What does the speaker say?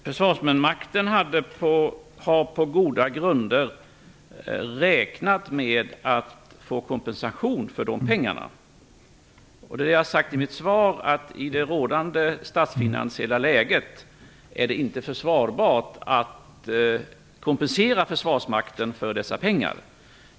Fru talman! Försvarsmakten har på goda grunder räknat med att få kompensation för dessa pengar. Jag sade i mitt svar att det i det rådande statsfinansiella läget inte är försvarbart att kompensera Försvarsmakten för dessa pengar.